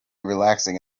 relaxing